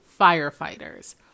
firefighters